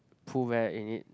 pooh bear in it